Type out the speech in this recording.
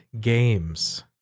games